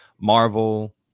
Marvel